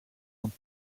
und